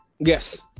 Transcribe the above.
Yes